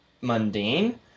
mundane